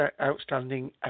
outstanding